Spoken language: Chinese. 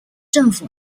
政府